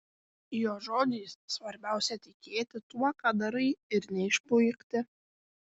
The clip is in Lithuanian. jo žodžiais svarbiausia tikėti tuo ką darai ir neišpuikti